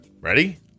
Ready